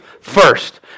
first